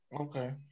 Okay